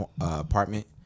apartment